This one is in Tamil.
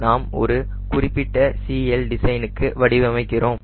நாம் ஒரு குறிப்பிட்ட CLdesign க்கு வடிவமைகிறோம்